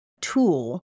tool